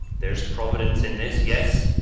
there's providence in this yes,